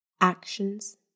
actions